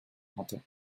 hatte